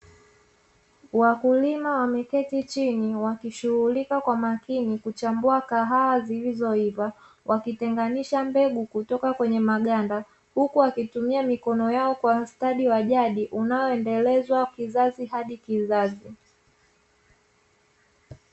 Wakulima wameketi chini, wakishughulika kwa makini kuchambua kahawa zilizoiva; wakitenganisha mbegu kutoka kwenye maganda, huku wakitumia mikono yao kwa ustadi wa jadi unaoendelezwa kizazi hadi kizazi.